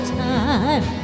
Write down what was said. time